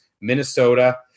Minnesota